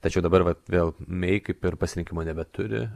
tačiau dabar vat vėl mei kaip ir pasirinkimo nebeturi